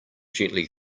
gently